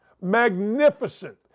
magnificent